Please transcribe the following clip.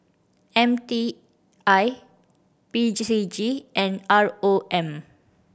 M T I P G C G and R O M